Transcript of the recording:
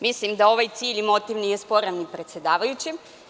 Mislim da ovaj cilj i motiv nije sporan ni predsedavajućem.